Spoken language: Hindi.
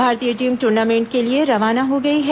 भारतीय टीम टूर्नामेंट के लिए रवाना हो गई है